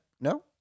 No